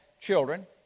children